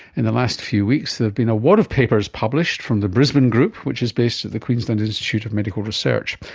in the last few weeks there have been a wad of papers published from the brisbane group which is based at the queensland institute of medical research.